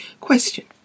Question